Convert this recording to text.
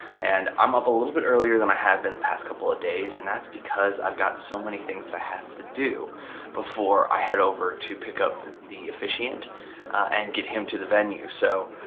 and i'm up a little bit earlier than i have been the past coupla days, and that's because i've got so many things that i have to do before i head over to pick up the officiant and get him to the venue. so